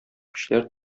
көчләр